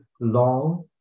long